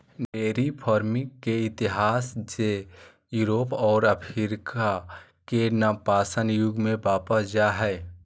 dairy farming के इतिहास जे यूरोप और अफ्रीका के नवपाषाण युग में वापस जा हइ